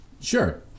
Sure